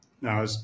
Now